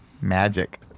Magic